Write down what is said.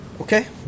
Okay